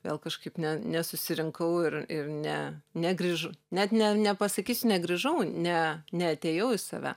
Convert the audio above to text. vėl kažkaip ne nesusirinkau ir ir ne negrįž net ne nepasakysi negrįžau ne neatėjau į save